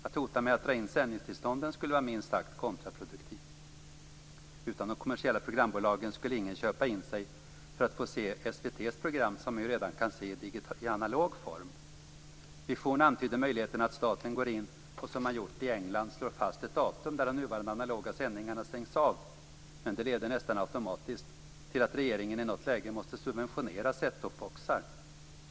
Att hota med att dra in sändningstillstånden skulle vara minst sagt kontraproduktivt. Utan de kommersiella programbolagen skulle ingen köpa in sig för att få se SVT:s program, som man ju redan kan se i analog form. Vision antyder möjligheten att staten går in och, som man gjort i England, slår fast ett datum när de nuvarande analoga sändningarna stängs av, men det leder nästan med automatik till att regeringen i något läge måste subventionera set-top-boxar.